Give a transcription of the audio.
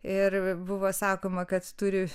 ir buvo sakoma kad turi